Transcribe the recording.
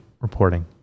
reporting